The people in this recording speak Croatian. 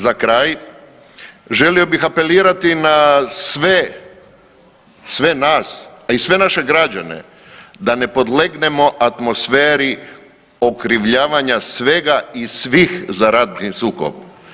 Za kraj, želio bih apelirati na sve nas, a i sve naše građane, da ne podlegnemo atmosferi okrivljavanja svega i svih za ratni sukob.